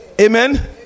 Amen